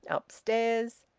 upstairs,